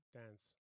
dance